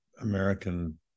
american